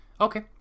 Okay